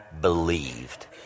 believed